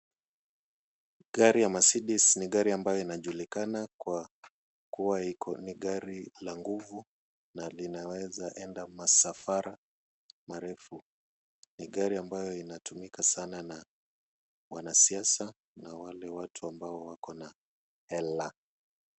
Gari ya mercedes ni gari ambayo inajulikana kwa kuwa ni gari la nguvu na linaweza enda masafara marefu. Ni gari ambayo inatumika sana na wanasiasa na wale watu ambao wako na hela.